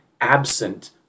absent